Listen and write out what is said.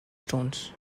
stones